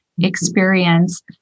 experience